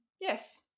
Yes